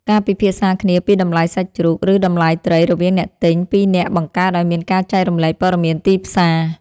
ការពិភាក្សាគ្នាពីតម្លៃសាច់ជ្រូក ឬតម្លៃត្រីរវាងអ្នកទិញពីរនាក់បង្កើតឱ្យមានការចែករំលែកព័ត៌មានទីផ្សារ។